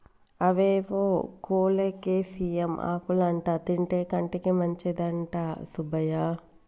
అవేవో కోలేకేసియం ఆకులంటా తింటే కంటికి మంచిదంట సుబ్బయ్య